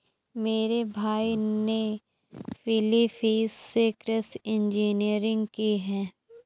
मेरे भाई ने फिलीपींस से कृषि इंजीनियरिंग की है